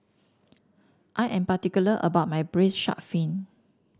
I am particular about my braised shark fin